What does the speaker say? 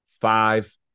Five